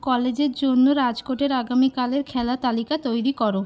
কলেজের জন্য রাজকোটের আগামীকালের খেলা তালিকা তৈরি করো